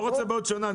לא רוצה בעוד שנה.